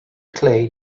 clay